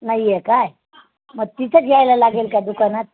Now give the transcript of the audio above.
नाही आहे काय मग तिथंच यायला लागेल का दुकानात